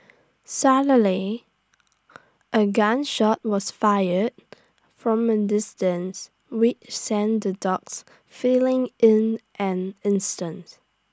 suddenly A gun shot was fired from A distance which sent the dogs fleeing in an instant